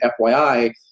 FYI